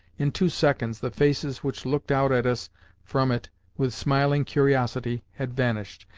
in two seconds the faces which looked out at us from it with smiling curiosity had vanished.